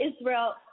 Israel